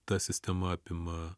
ta sistema apima